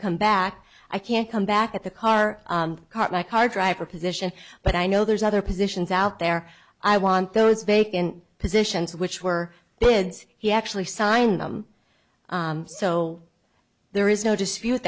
come back i can't come back at the car caught my car driver position but i know there's other positions out there i want those vacant positions which were kids he actually signed them so there is no dispute